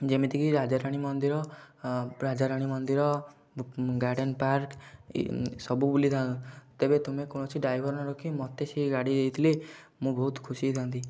ଯେମିତି କି ରାଜାରାଣୀ ମନ୍ଦିର ରାଜାରାଣୀ ମନ୍ଦିର ଗାର୍ଡ଼ନ୍ ପାର୍କ ସବୁ ବୁଲିଥାନ୍ତୁ ତେବେ ତୁମେ କୌଣସି ଡ୍ରାଇଭର ନରଖି ମୋତେ ସେ ଗାଡ଼ି ଦେଇଥିଲେ ମୁଁ ବହୁତ ଖୁସି ହେଇଥାନ୍ତି